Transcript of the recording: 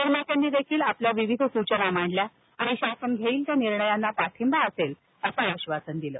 निर्मात्यांनी देखील आपल्या विविध सूचना मांडल्या आणि शासन घेईल त्या निर्णयांना पाठिंबा असेल असं आश्वासन दिलं